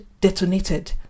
detonated